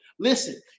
Listen